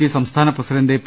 P സംസ്ഥാന president P